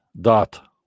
dot